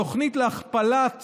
התוכנית להכפלת